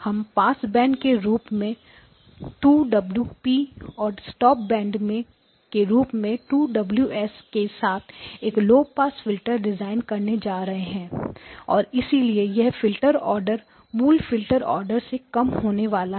हम पासबैंड के रूप में 2 ωp और स्टॉपबैंड के रूप में 2 ωs के साथ एक लौ पास फिल्टर डिजाइन करने जा रहा हैं और इसलिए यह फिल्टर ऑर्डर मूल फिल्टर ऑर्डर से कम होने वाला है